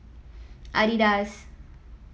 Adidas